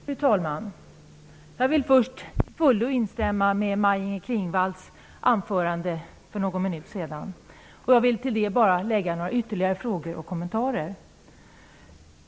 Fru talman! Först vill jag säga att jag till fullo instämmer i Maj-Inger Klingvalls anförande. Till det vill jag bara lägga några frågor och kommentarer.